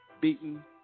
beaten